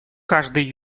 каждый